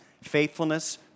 faithfulness